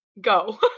go